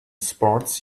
sports